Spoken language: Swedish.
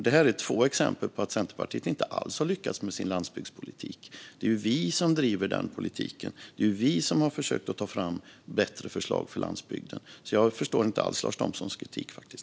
Detta är två exempel på att Centerpartiet inte alls har lyckats med sin landsbygdspolitik. Det är vi som driver den politiken. Det är vi som har försökt att ta fram bättre förslag för landsbygden. Jag förstår därför inte alls Lars Thomssons kritik.